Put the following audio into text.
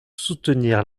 soutenir